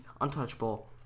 untouchable